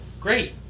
great